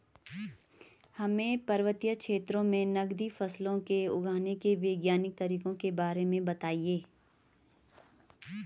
हमें पर्वतीय क्षेत्रों में नगदी फसलों को उगाने के वैज्ञानिक तरीकों के बारे में बताइये?